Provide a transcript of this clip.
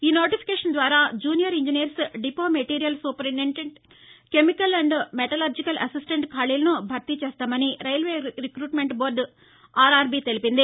e-notification ద్వారా junior engineers depot material superintendent chemical and metallurgical assistant ఖాళీలను భర్తీ చేస్తామని రైల్వే రిక్రూట్మెంట్ బోర్డు ఆర్ఆర్బీ తెలిపింది